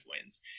wins